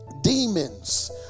demons